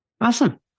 Awesome